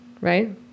right